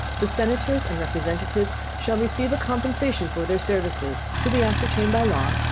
the senators and representatives shall receive a compensation for their services, to be ascertained by law,